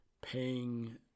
paying